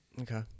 Okay